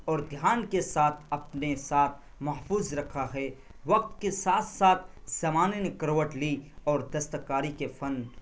اور دھیان کے ساتھ اپنے ساتھ محفوظ رکھا ہے وقت کے ساتھ ساتھ زمانے نے کروٹ لی اور دستکاری کے فن